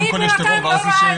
קודם כל יש טרור ואז יש פלישות?